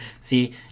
see